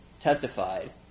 testified